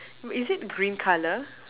is it green colour